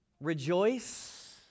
rejoice